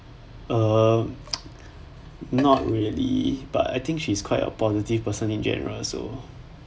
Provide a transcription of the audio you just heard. err not really but I think she's quite a positive person in general so